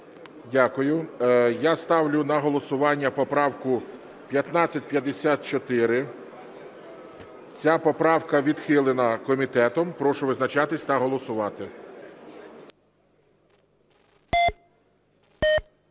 Дякую. Я ставлю на голосування поправку 1554. Ця поправка відхилена комітетом. Прошу визначатися та голосувати.